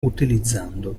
utilizzando